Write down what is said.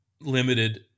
limited